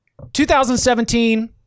2017